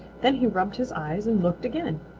then he rubbed his eyes and looked again.